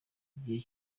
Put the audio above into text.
igihe